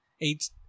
Eight